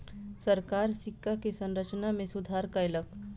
सरकार सिक्का के संरचना में सुधार कयलक